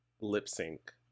lip-sync